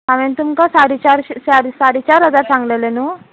हांवेन तुमकां साडे चारशे साडे चार हजार सांगलेले न्हू